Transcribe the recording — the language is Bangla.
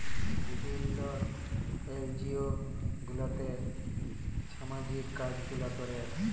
বিভিল্ল্য এলজিও গুলাতে ছামাজিক কাজ গুলা ক্যরে